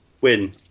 Win